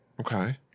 Okay